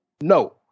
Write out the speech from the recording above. no